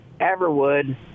Everwood